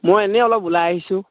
মই এনেই অলপ ওলাই আহিছোঁ